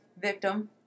victim